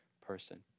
person